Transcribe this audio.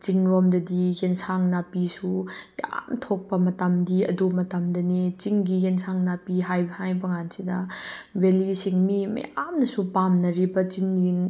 ꯆꯤꯡ ꯔꯣꯝꯗꯗꯤ ꯑꯦꯟꯁꯥꯡ ꯅꯥꯄꯤꯁꯨ ꯌꯥꯝ ꯊꯣꯛꯄ ꯃꯇꯝꯗꯤ ꯑꯗꯨ ꯃꯇꯝꯗꯅꯤ ꯆꯤꯡꯒꯤ ꯑꯦꯟꯁꯥꯡ ꯅꯥꯄꯤ ꯍꯥꯏꯕ ꯀꯥꯟꯁꯤꯗ ꯚꯦꯜꯂꯤꯁꯤꯡ ꯃꯤ ꯃꯌꯥꯝꯅꯁꯨ ꯄꯥꯝꯅꯔꯤꯕ